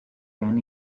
ten